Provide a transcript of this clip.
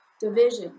division